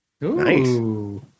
Nice